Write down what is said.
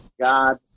God